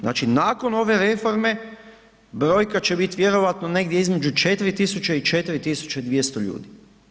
Znači nakon ove reforme brojka će biti vjerovatno negdje između 4000 i 4200 ljudi.